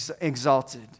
exalted